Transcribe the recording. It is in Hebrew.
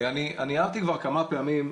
אני הערתי כבר כמה פעמים,